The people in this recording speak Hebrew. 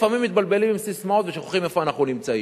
לפעמים מתבלבלים עם ססמאות ושוכחים איפה אנחנו נמצאים.